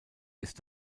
ist